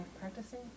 practicing